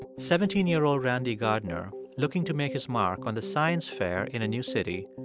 seventeen-year-old randy gardner, looking to make his mark on the science fair in a new city,